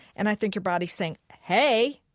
and i think your body's saying, hey,